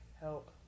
Help